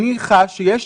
אני חש שיש